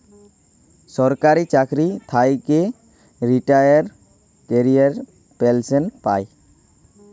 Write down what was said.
সরকারি চাকরি থ্যাইকে রিটায়ার ক্যইরে পেলসল পায়